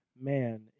man